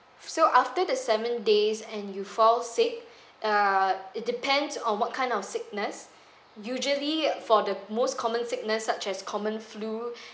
so after the seven days and you fall sick err it depends on what kind of sickness usually for the most common sickness such as common flu